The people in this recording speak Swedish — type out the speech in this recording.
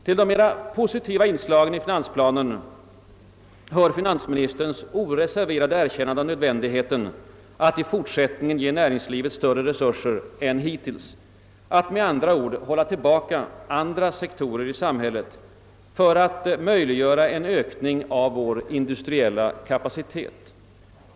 Till de mera positiva inslagen i finansplanen hör finansministerns oreserverade erkännande av nödvändigheten att i fortsättningen ge näringslivet större resurser än hittills, med andra ord att hålla tillbaka andra sektorer i samhället för att möjliggöra en ökning av vår industriella kapacitet.